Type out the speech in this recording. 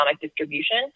distribution